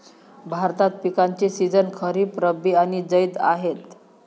भारतात पिकांचे सीझन खरीप, रब्बी आणि जैद आहेत